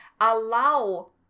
allow